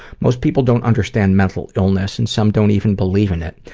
most people don't understand mental illness and some don't even believe in it.